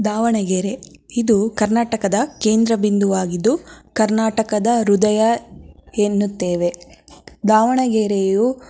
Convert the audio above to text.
ದಾವಣಗೆರೆ ಇದು ಕರ್ನಾಟಕದ ಕೇಂದ್ರ ಬಿಂದುವಾಗಿದ್ದು ಕರ್ನಾಟಕದ ಹೃದಯ ಎನ್ನುತ್ತೇವೆ ದಾವಣಗೆರೆಯು